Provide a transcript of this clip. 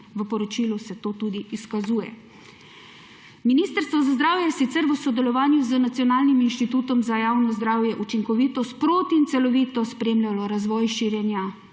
v poročilu se to tudi izkazuje. Ministrstvo za zdravje je sicer v sodelovanju z Nacionalnim inštitutom za javno zdravje učinkovito sproti in celovito spremljalo razvoj širjenja